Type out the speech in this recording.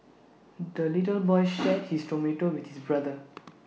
the little boy shared his tomato with his brother